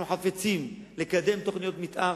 אנחנו חפצים לקדם תוכניות מיתאר.